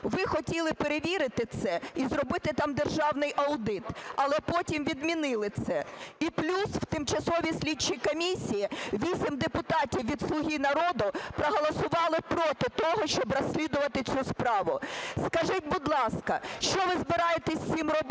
Ви хотіли перевірити це і зробити там державний аудит, але потім відмінили це. І плюс в тимчасовій слідчій комісії 8 депутатів від "Слуги народу" проголосували проти того, щоби розслідувати цю справу. Скажіть, будь ласка, що ви збираєтесь із цим робити?